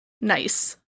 nice